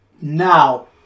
now